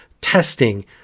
testing